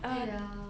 ya